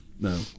No